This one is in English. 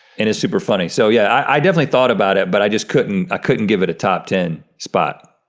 and it's super funny. so yeah, i definitely thought about it, but i just couldn't ah couldn't give it a top ten spot.